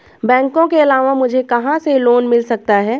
बैंकों के अलावा मुझे कहां से लोंन मिल सकता है?